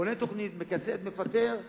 בונה תוכנית, מקצץ, מפטר,